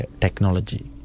technology